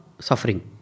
suffering